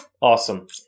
Awesome